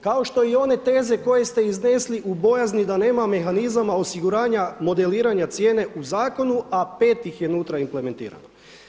Kao što i one teze koje ste iznesli u bojazni da nema mehanizama, osiguranja, modeliranja cijene u zakonu a 5 ih je unutra implementirano.